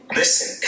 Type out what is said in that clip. listen